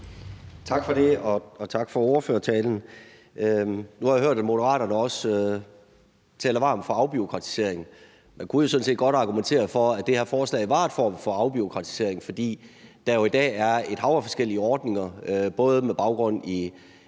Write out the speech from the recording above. Tak for det. Og tak for ordførertalen. Nu har jeg hørt, at Moderaterne også taler varmt for afbureaukratisering. Man kunne jo sådan set godt argumentere for, at det her forslag var en form for afbureaukratisering, for i dag er der jo et hav af forskellige ordninger, både med baggrund i